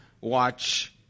watch